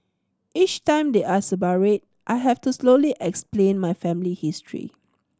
each time they ask about it I have to slowly explain my family history